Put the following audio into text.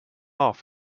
off